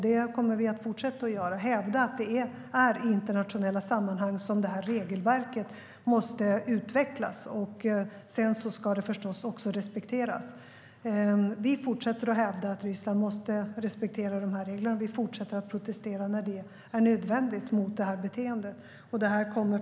Det kommer vi att fortsätta göra och hävda att det är i internationella sammanhang som det här regelverket måste utvecklas. Sedan ska det förstås också respekteras. Vi fortsätter att hävda att Ryssland måste respektera de här reglerna, och vi fortsätter att protestera, när det är nödvändigt, mot det här beteendet.